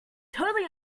totally